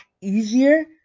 easier